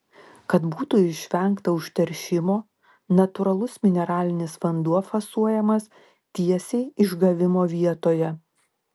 kad būtų išvengta užteršimo natūralus mineralinis vanduo fasuojamas tiesiai išgavimo vietoje